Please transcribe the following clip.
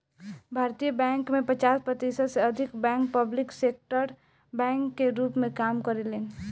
भारतीय बैंक में पचास प्रतिशत से अधिक बैंक पब्लिक सेक्टर बैंक के रूप में काम करेलेन